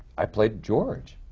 i played george.